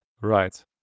right